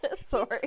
Sorry